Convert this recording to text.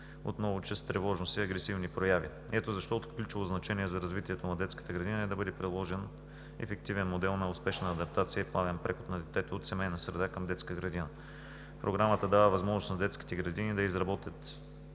отново чрез тревожност и агресивни прояви. Ето защо от ключово значение за развитието на детската градина е да бъде приложен ефективен модел на успешна адаптация и плавен преход на детето от семейна среда към детска градина. Програмата дава възможност на детските градини да изработят